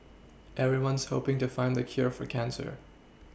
everyone's hoPing to find the cure for cancer